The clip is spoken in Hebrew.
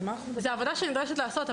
זו עבודה שנדרשת לעשות.